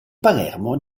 palermo